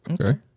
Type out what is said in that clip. okay